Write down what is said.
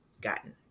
gotten